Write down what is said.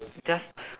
just